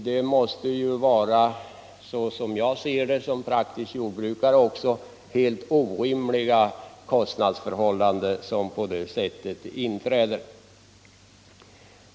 Det måste, såsom jag som praktisk jordbrukare ser det, vara helt orimliga kostnadsförhållanden som på det sättet inträder.